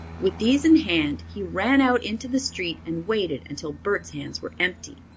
with these in hand he ran out into the street and waited until bert's hands were empty.